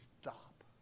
stop